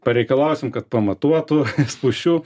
pareikalausim kad pamatuotų spūsčių